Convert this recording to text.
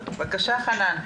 בבקשה.